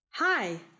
Hi